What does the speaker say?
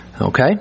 Okay